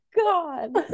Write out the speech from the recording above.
god